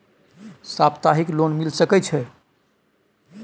सप्ताहिक लोन मिल सके छै?